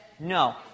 No